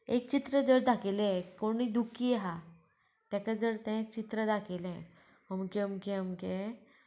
एक चित्र जर दाखयलें कोणी दुख्खी आसा ताका जर तें चित्र दाखयलें अमकें अमकें अमकें